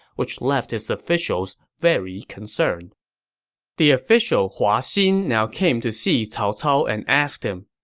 which left his officials very concerned the official hua xin now came to see cao cao and asked him,